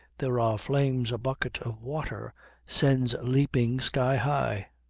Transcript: there are flames a bucket of water sends leaping sky high.